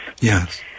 Yes